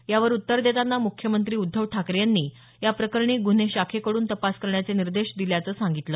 यावर उत्तर देताना मुख्यमंत्री उद्धव ठाकरे यांनी या प्रकरणी गुन्हे शाखेकडून तपास करण्याचे निर्देश दिल्याचं सांगितलं